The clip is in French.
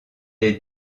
est